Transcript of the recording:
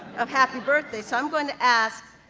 of happy birthday. so, i'm gonna ask